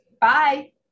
Bye